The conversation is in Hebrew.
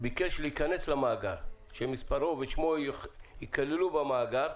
ביקש להיכנס למאגר, שמספרו ושמו ייכללו במאגר,